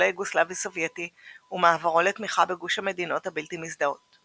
היוגוסלבי-סובייטי ומעברו לתמיכה בגוש המדינות הבלתי-מזדהות.